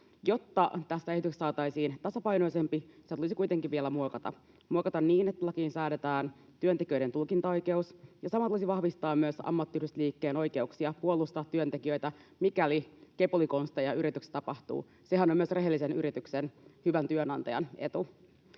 Jotta tästä esityksestä saataisiin tasapainoisempi, sitä tulisi kuitenkin vielä muokata niin, että lakiin säädetään työntekijöiden tulkintaoikeus, ja samalla voisi vahvistaa myös ammattiyhdistysliikkeen oikeuksia puolustaa työntekijöitä, mikäli kepulikonsteja yrityksissä tapahtuu. Sehän on myös rehellisen yrityksen, hyvän työnantajan etu.